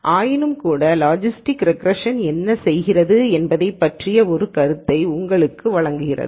ஆயினும்கூட logistic regression என்ன செய்கிறது என்பது பற்றிய ஒரு கருத்தை இது உங்களுக்கு வழங்குகிறது